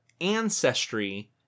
ancestry